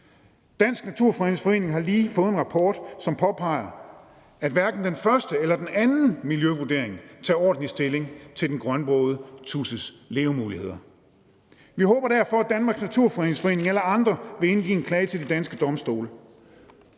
Dansk Naturfredningsforening har lige fået en rapport, som påpeger, at hverken den første eller den anden miljøvurdering tager ordentlig stilling til den grønbrogede tudses levemuligheder. Vi håber derfor, at Danmarks Naturfredningsforening eller andre vil indgive en klage til de danske domstole.